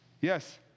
Yes